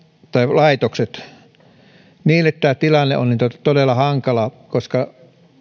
niille tämä tilanne on todella hankala koska